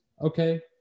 okay